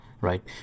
Right